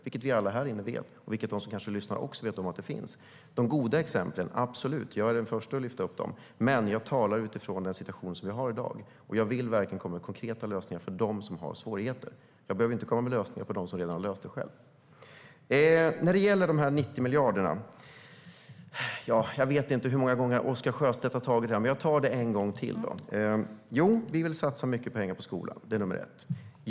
Alla vi här inne vet att de finns, och de som lyssnar kanske också vet att de finns. Jag är den förste att lyfta fram de goda exemplen. Men jag talar utifrån den situation som vi har i dag. Jag vill verkligen komma med konkreta lösningar för dem som har svårigheter. Jag behöver inte komma med lösningar för dem som redan har löst detta själva. När det gäller de 90 miljarderna vet jag inte hur många gånger som Oscar Sjöstedt har tagit upp detta. Men jag tar upp det en gång till. Det stämmer att vi vill satsa mycket pengar på skolan. Det är nummer ett.